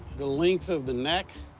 the length of the neck,